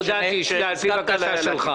הודעתי שזו הבקשה שלך.